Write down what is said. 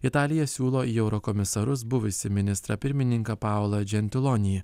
italija siūlo į eurokomisarus buvusį ministrą pirmininką paulą džentilonį